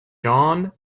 john